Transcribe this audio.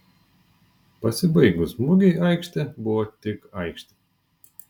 pasibaigus mugei aikštė buvo tik aikštė